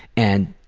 and